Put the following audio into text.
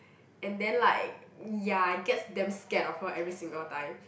and then like ya I get damn scared of her every single time